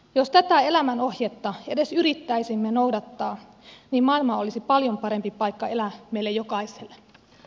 jos tätä elämänohjetta edes yrittäisimme noudattaa maailma olisi paljon parempi paikka elää meille jokaiselle